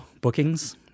bookings